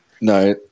No